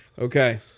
Okay